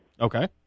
Okay